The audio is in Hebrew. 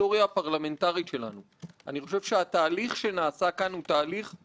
איתן, אני מצטרף לכל מילה שאמרת בדברי התודה שלך.